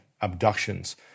abductions